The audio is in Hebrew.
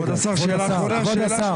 כבוד השר, שאלה אחרונה.